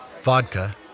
Vodka